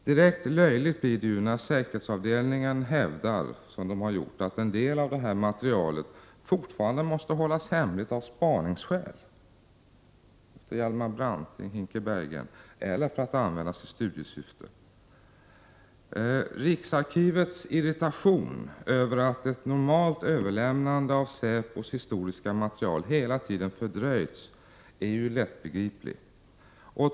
Direkt löjligt blir det emellertid när säkerhetsavdelningen hävdar att en del av detta material fortfarande måste hållas hemligt av spaningsskäl — spaning efter Hjalmar Branting och Hinke Berggren? — eller för att användas i studiesyfte. Riksarkivets irritation över att ett normalt överlämnande av säpos historiska material hela tiden fördröjts är lättbegriplig.